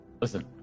Listen